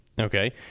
okay